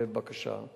להגיש בקשה.